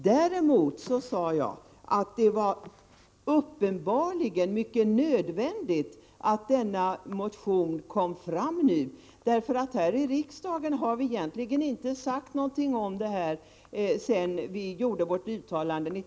Däremot sade jag att det uppenbarligen var mycket nödvändigt att denna motion väcktes vid detta tillfälle, eftersom man i riksdagen inte har sagt något om kvinnoinriktat bistånd sedan vi gjorde vårt uttalande 1981/82.